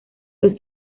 los